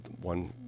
one